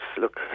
look